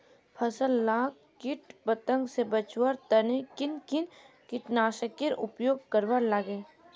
फसल लाक किट पतंग से बचवार तने किन किन कीटनाशकेर उपयोग करवार लगे?